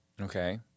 Okay